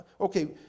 Okay